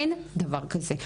אין דבר כזה.